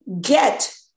get